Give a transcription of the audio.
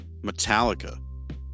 Metallica